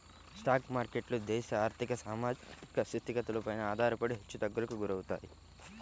stock మార్కెట్లు దేశ ఆర్ధిక, సామాజిక స్థితిగతులపైన ఆధారపడి హెచ్చుతగ్గులకు గురవుతాయి